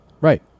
Right